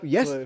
Yes